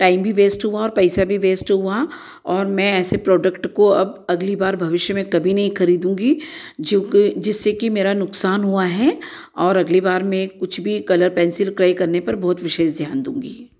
time भी waste हुआ और पैसा भी वेस्ट हुआ और मैं ऐसे प्रोडक्ट को अब अगली बार भविष्य में कभी नहीं खरीदूँगी जो कि जिससे कि मेरा नुकसान हुआ है और अगली बार मैं कुछ भी कलर पेन्सिल क्रय करने पर बहुत विशेष ध्यान दूँगी